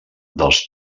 dels